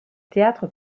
théâtre